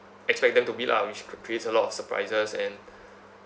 expect them to be lah which c~ creates a lot of surprises and